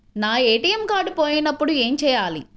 నా ATM card పోయినప్పుడు ఏమి చేయాలి?